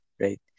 right